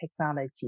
technology